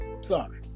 Sorry